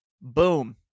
Boom